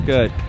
Good